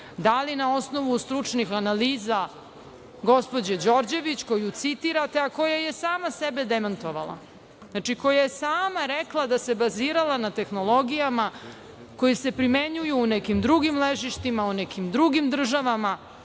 Da li na osnovu stručnih analiza gospođe Đorđević, koju citirate, a koja je sama sebe demantovala, znači, koja je sama rekla da se bazirala na tehnologijama koje se primenjuju u nekim drugim ležištima, u nekim drugim državama?